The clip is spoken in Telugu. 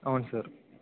అవును సార్